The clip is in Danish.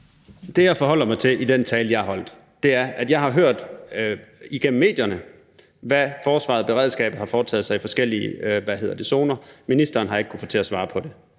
Det, jeg forholder mig til i den tale, jeg holdt, er, at jeg har hørt igennem medierne, hvad forsvaret og beredskabet har foretaget sig i forskellige zoner. Ministeren har jeg ikke kunnet få til at svare på det.